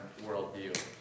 worldview